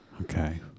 Okay